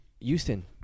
Houston